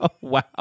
Wow